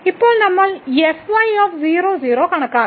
ഇപ്പോൾ നമ്മൾ f y 00 കണക്കാക്കണം